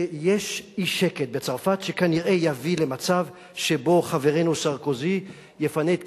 יש אי-שקט בצרפת שכנראה יביא למצב שבו חברנו סרקוזי יפנה את כיסאו,